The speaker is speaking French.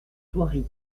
thoiry